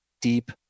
deep